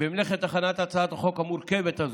במלאכת הכנת הצעת החוק המורכבת הזאת: